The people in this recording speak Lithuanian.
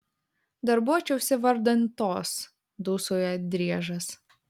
darbuočiausi vardan tos dūsauja driežas